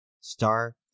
star